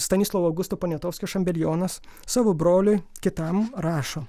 stanislovo augusto poniatovskio šambelionas savo broliui kitam rašo